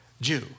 Jew